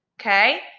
okay